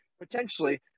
potentially